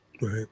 Right